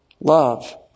Love